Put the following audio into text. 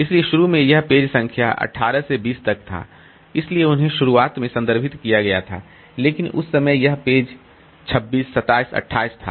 इसलिए शुरू में यह पेज संख्या 18 से 20 तक था इसलिए उन्हें शुरुआत में संदर्भित किया गया था लेकिन उस समय यह पेज 26 27 28 था